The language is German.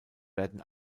werden